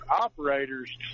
operators